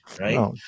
right